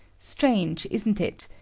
strange, isn't it,